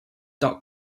dot